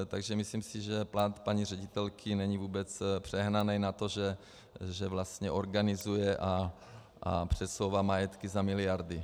Takže si myslím, že plat paní ředitelky není vůbec přehnaný za to, že vlastně organizuje a přesouvá majetky za miliardy.